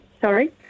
Sorry